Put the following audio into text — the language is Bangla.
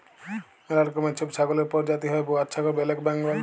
ম্যালা রকমের ছব ছাগলের পরজাতি হ্যয় বোয়ার ছাগল, ব্যালেক বেঙ্গল